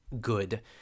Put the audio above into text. good